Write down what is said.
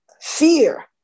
fear